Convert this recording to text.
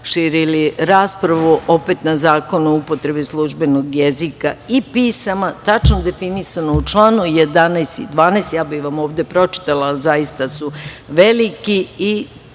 širili raspravu o Zakonu o upotrebi službenog jezika i pisama tačno definisano u članu 11. i 12. Ovde bih vam i pročitala, ali zaista su i veliki i